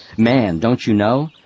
man, don't you know!